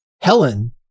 Helen